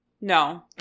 no